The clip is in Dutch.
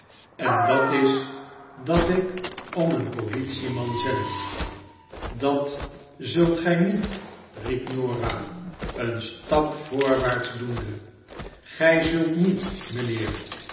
en dat is dat ik om een politie-man zend dat zult gg niet riep norah een stap voorwaarts doende gj zult niet mijnheer